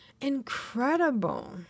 incredible